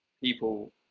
people